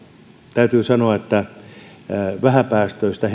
täytyy sanoa vähäpäästöisestä